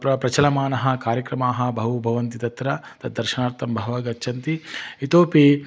प्र प्रचलमानाः कार्यक्रमाः बहु भवन्ति तत्र तद् दर्शनार्थं बहवः गच्छन्ति इतोऽपि